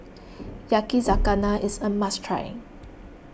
Yakizakana is a must try